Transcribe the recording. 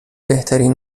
بهترین